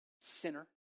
Sinner